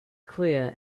clear